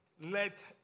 Let